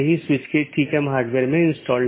जब ऐसा होता है तो त्रुटि सूचना भेज दी जाती है